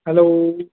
hello